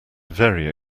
very